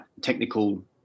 technical